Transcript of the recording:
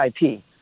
IP